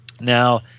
Now